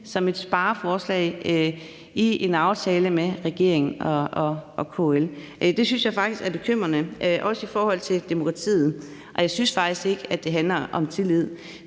som et spareforslag i en aftale med regeringen og KL. Det synes jeg faktisk er bekymrende, også i forhold til demokratiet, og jeg synes ikke, det handler om tillid,